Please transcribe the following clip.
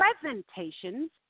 presentations